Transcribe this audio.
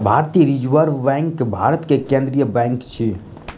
भारतीय reserve bank Bharat के केंद्रीय बैंक अछि